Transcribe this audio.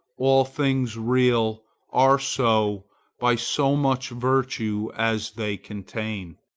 all things real are so by so much virtue as they contain.